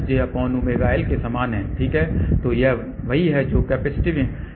ठीक है तो यह वही है जो कैपेसिटिव एडमिटन्स है